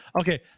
Okay